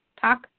talk